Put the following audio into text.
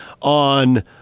on